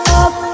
up